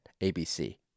ABC